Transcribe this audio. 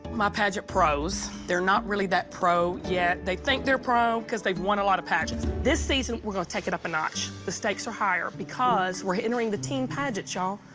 my pageant pros they're not really that pro yet. they think they're pro cause they've won a lot of pageants. this season, we're gonna take it up a notch. the stakes are higher because we're entering the teen pageants, y'all.